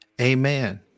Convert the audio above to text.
Amen